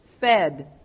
fed